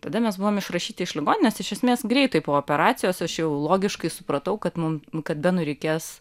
tada mes buvom išrašyti iš ligoninės iš esmės greitai po operacijos aš jau logiškai supratau kad mum kad benui reikės